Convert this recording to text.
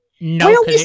No